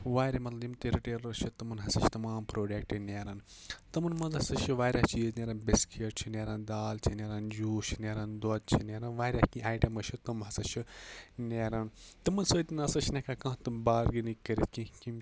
واریاہ مطلب یِم تہِ رِٹیلرز چھِ تمَن ہَسا چھِ تَمام پروڈَکٹ نیران تِمَن منٛز ہَسا چھِ وارِیَاہ چیز نیران بِسکِٹ چھِ نیران دال چھِ نیران جوس چھِ نیران دۄد چھِ نیران واریَاہ کیٚنٛہہ اَیٹَمٕز چھِ تِم ہَسا چھِ نیران تِمَن سۭتۍ نہ سا چِھنہٕ ہیٚکان کانٛہہ تہِ بارگینِگ کٔرِتھ کیٚنٛہہ